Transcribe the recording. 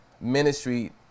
ministry